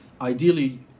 ideally